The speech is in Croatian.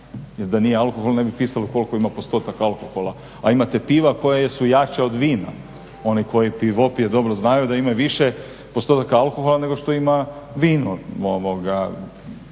jer da nije alkohol ne bi pisalo koliko ima postotaka alkohola. A imate piva koja jesu jača od vina, ona koja pivopije dobro znaju da imaju više postotaka alkohola nego što ima vino.